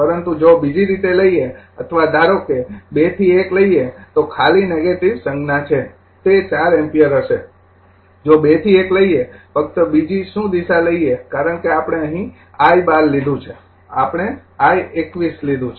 પરંતુ જો બીજી રીતે લઈએ અથવા ધારો કે જો ૨ થી ૧ લઈએ તે ખાલી નેગેટિવ સંગ્ના છે તે ૪ એમ્પિયર હશે જો ૨ થી ૧ લઈએ ફકત બીજી શું દિશા લઈએ કારણકે આપણે અહી I૧૨ લીધુ છે આપણે I૨૧ લીધુ છે